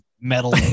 metal